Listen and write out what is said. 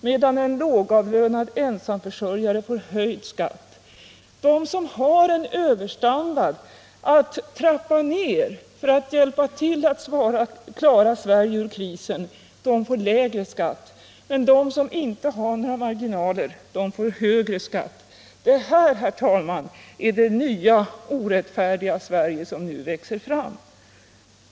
medan en lågavlönad emsamförsörjare får höjd skatt. De som har en överstandard att trappa ner för att hjälpa till att klara Sverige ur krisen får lägre skatt, men de som inte har några marginaler får högre skatt. Detta, herr talman, är det nya, orättfärdiga Sverige som nu växer fram.